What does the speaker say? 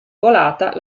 volata